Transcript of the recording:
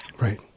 Right